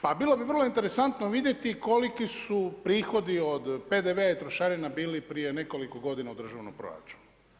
Pa bilo bi vrlo interesantno vidjeti koliki su prihodi od PDV-a i trošarina bili prije nekoliko godina u državnom proračunu.